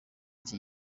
iki